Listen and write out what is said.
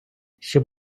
щоб